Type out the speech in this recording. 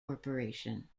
corporation